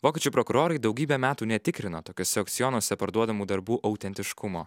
vokiečių prokurorai daugybę metų netikrino tokiuose aukcionuose parduodamų darbų autentiškumo